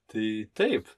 tai taip